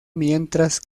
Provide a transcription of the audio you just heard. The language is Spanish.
mientras